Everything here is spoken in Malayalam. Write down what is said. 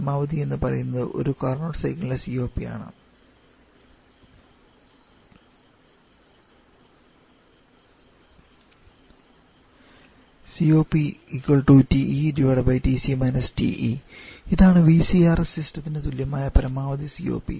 പരമാവധി എന്നു പറയുന്നത് ഒരു കാർനോട്ട് സൈക്കിൾ ൻറെ COP ആണ് ഇതാണ് VCRS സിസ്റ്റത്തിന്റെ തുല്യമായ പരമാവധി COP